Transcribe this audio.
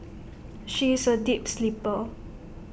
she is A deep sleeper